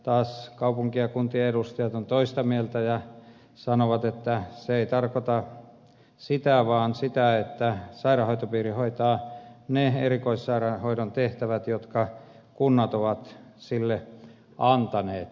taas kaupunkien ja kuntien edustajat ovat toista mieltä ja sanovat että se ei tarkoita sitä vaan sitä että sairaanhoitopiiri hoitaa ne erikoissairaanhoidon tehtävät jotka kunnat ovat sille antaneet